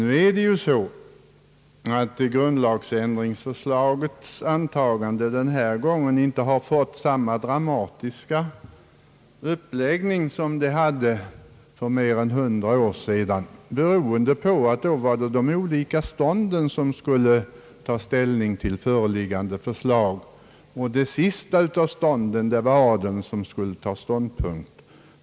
Nu är det så att grundlagsändringsförslagets antagande denna gång inte har fått samma dramatiska uppläggning som förekom för mer än 100 år sedan. Den gången var det nämligen de olika stånden som skulle ta ställning till det då föreliggande förslaget, och det sista stånd som skulle ta ställning var adeln.